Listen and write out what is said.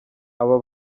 aba